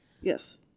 Yes